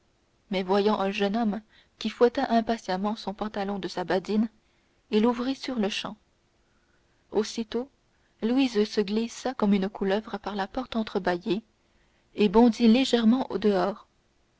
mais voyant un jeune homme qui fouettait impatiemment son pantalon de sa badine il ouvrit sur-le-champ aussitôt louise se glissa comme une couleuvre par la porte entrebâillée et bondit légèrement dehors